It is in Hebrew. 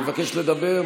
מבקשת לדבר?